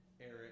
Eric